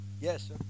Yes